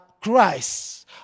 Christ